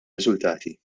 riżultati